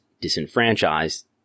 disenfranchised